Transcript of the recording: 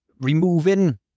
removing